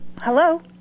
Hello